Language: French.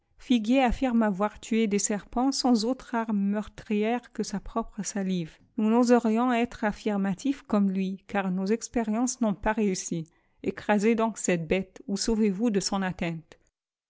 affirme avoir tué des serpents sans autre arme meurtrière que sa propre salive nous n'oserions être affîrpatif comme lui car nos expériences n'ont pas réussi ecrçisez donc celte béte ou sauvez-vous de son atteinte